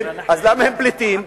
אז למה הם פליטים?